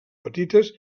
petites